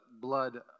blood